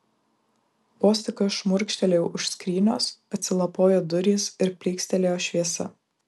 vos tik aš šmurkštelėjau už skrynios atsilapojo durys ir plykstelėjo šviesa